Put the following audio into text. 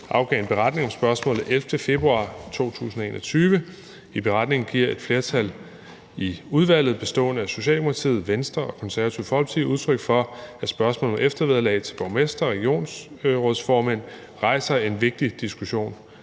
afgav en beretning om spørgsmålet den 11. februar 2021. I beretningen giver et flertal i udvalget bestående af Socialdemokratiet, Venstre og Det Konservative Folkeparti udtryk for, at spørgsmålet om eftervederlag til borgmestre og regionsrådsformænd rejser en vigtig diskussion.